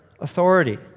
authority